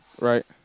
Right